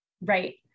Right